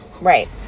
Right